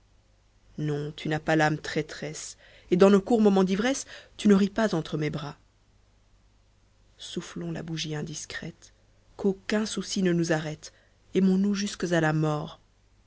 non tu n'as pas l'âme traîtresse et dans nos courts moments d'ivresse tu ne ris pas entre mes bras soufflons la bougie indiscrète qu'aucun souci ne nous arrête aimons-nous jusques à la mort